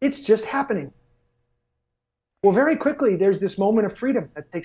it's just happening well very quickly there's this moment of freedom as takes